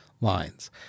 lines